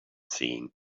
seen